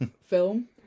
film